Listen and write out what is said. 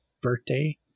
birthday